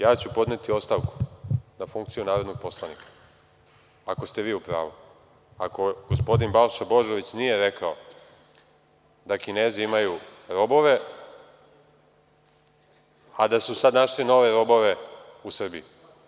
Ja ću podneti ostavku na funkciju narodnog poslanika ako ste vi u pravu, ako gospodin Balša Božović nije rekao, da Kinezi imaju robove, a da su sada našli nove robove u Srbiji.